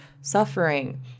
suffering